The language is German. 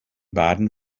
baden